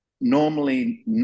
normally